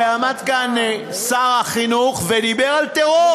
הרי עמד כאן שר החינוך ודיבר על טרור.